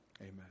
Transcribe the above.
Amen